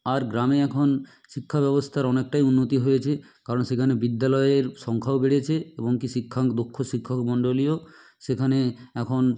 আর গ্রামে এখন শিক্ষাব্যবস্থার অনেকটাই উন্নতি হয়েছে কারণ সেখানে বিদ্যালয়ের সংখ্যাও বেড়েছে এবং কী শিক্ষা দক্ষ শিক্ষকমণ্ডলীও সেখানে এখন